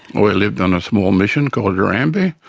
we lived on a small mission called erambie.